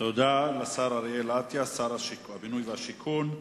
תודה לשר אריאל אטיאס, שר הבינוי והשיכון.